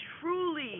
truly